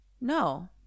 No